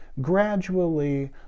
gradually